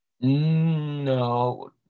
No